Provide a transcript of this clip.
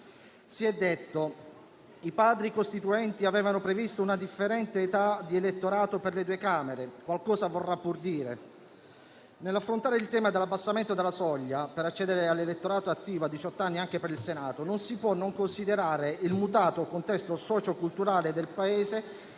Si è detto che i Padri costituenti avevano previsto una differente età di elettorato per le due Camere e che questo qualcosa vorrà pur dire. Nell'affrontare il tema della diminuzione della soglia per accedere all'elettorato attivo a diciott'anni anche per il Senato, non si può non considerare il mutato contesto socio-culturale del Paese